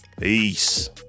peace